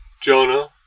Jonah